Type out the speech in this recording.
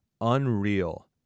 Unreal